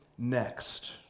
next